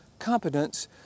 competence